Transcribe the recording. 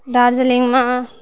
दार्जिलिङ्गमे